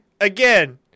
Again